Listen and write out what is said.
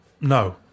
No